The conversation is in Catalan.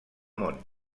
món